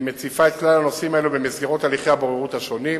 והיא מציפה את כלל הנושאים הללו במסגרת הליכי הבוררות השונים.